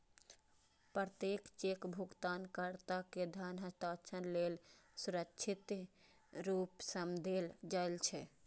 प्रत्येक चेक भुगतानकर्ता कें धन हस्तांतरण लेल सुरक्षित रूप सं देल जाइ छै